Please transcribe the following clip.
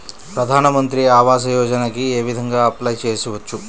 ప్రధాన మంత్రి ఆవాసయోజనకి ఏ విధంగా అప్లే చెయ్యవచ్చు?